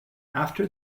after